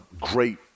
great